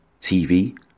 TV